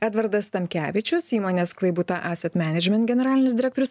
edvardas tamkevičius įmonės klaibuta eset menedžment generalinis direktorius